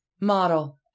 model